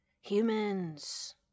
humans